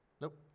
nope